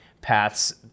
paths